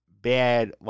Bad